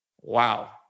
wow